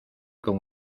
con